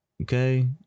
Okay